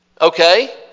Okay